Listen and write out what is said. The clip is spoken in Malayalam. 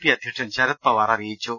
പി അധ്യക്ഷൻ ശരത്പവാർ അറിയി ച്ചു